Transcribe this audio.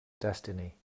destiny